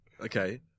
Okay